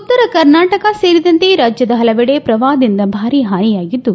ಉತ್ತರ ಕರ್ನಾಟಕ ಸೇರಿದಂತೆ ರಾಜ್ಯದ ಪಲವೆಡೆ ಪ್ರವಾಹದಿಂದ ಭಾರೀ ಹಾನಿಯಾಗಿದ್ದು